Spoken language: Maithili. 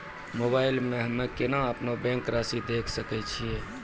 मोबाइल मे हम्मय केना अपनो बैंक रासि देखय सकय छियै?